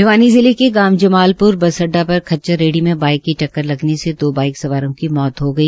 भिवानी जिले के गांव जमालप्र बस अड्डा पर खच्चर रेहड़ी में बाई सवार की टक्कर लगने से दो बाईक सवारों की मौत हो गई